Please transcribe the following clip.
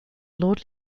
lord